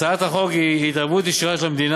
הצעת החוק היא התערבות ישירה של המדינה